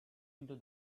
into